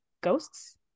ghosts